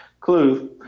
Clue